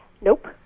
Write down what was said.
Nope